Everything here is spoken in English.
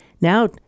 Now